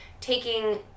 taking